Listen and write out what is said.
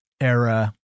era